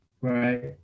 right